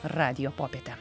radijo popiete